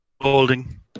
Holding